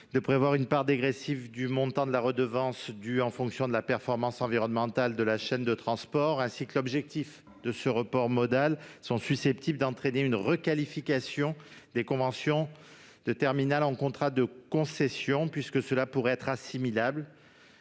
de prévoir la dégressivité d'une part du montant de la redevance due en fonction de la performance environnementale de la chaîne de transport ainsi que l'instauration d'un objectif obligatoire de report modal seraient susceptibles d'entraîner une requalification des conventions de terminal en contrats de concession, puisque cela pourrait être assimilable